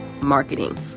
Marketing